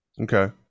Okay